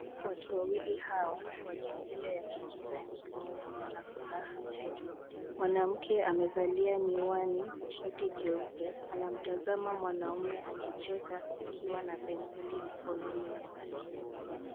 Watu wawili hawa wa jinsia ya kike na kiume wanafuraha tele. Mwanamke amevalia miwani na shati jeupe, anamtazama mwanaume akicheka akiwa na penseli mkononi mwake.